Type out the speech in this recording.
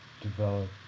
develop